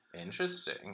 Interesting